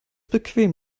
bequem